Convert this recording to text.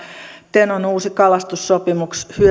tenon uusi kalastussopimus